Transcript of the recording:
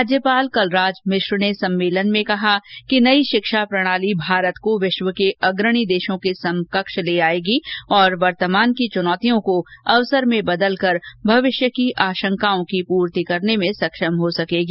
राज्यपाल कलराज मिश्र ने कहा है कि नई शिक्षा प्रणाली भारत को विश्व के अग्रणी देशों के समकक्ष ले आएगी तथा वर्तमान की चुनौतियों को अवसर में बदल कर भविष्य की आशंकाओं की पूर्ति करने में सक्षम हो सकेगी